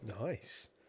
Nice